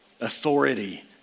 authority